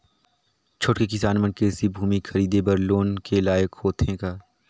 छोटके किसान मन कृषि भूमि खरीदे बर लोन के लायक होथे का?